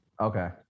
Okay